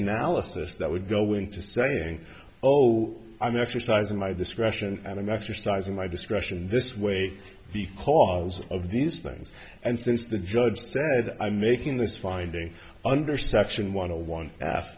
analysis that would go into saying oh i'm exercising my discretion and i'm exercising my discretion in this way because of these things and since the judge said i'm making this finding under section one hundred one asked